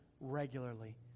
regularly